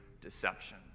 deception